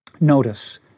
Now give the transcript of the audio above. Notice